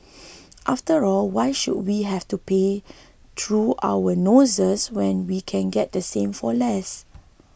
after all why should we have to pay through our noses when we can get the same for less